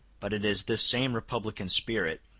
but it is this same republican spirit,